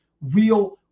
real